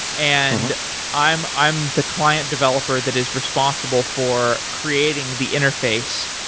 and i'm i'm the client developer that is responsible for creating the interface.